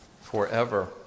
forever